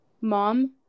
Mom